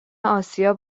آسیا